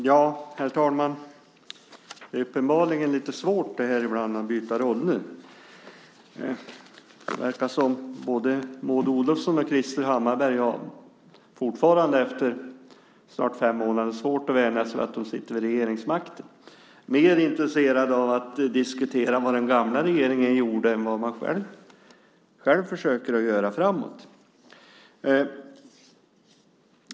Herr talman! Uppenbarligen är det ibland lite svårt att byta roller. Det verkar som om både Maud Olofsson och Krister Hammarbergh fortfarande, efter snart fem månader, har svårt att vänja sig vid att de innehar regeringsmakten. De är mer intresserade av att diskutera vad den tidigare regeringen gjorde än vad de själva ska göra i framtiden.